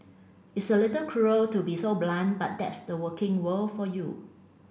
it's a little cruel to be so blunt but that's the working world for you